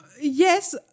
Yes